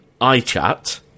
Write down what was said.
iChat